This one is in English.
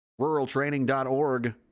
RuralTraining.org